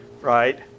right